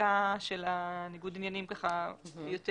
בדיקה של ניגוד עניינים יותר לעומק,